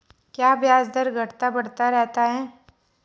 क्या ब्याज दर घटता बढ़ता रहता है?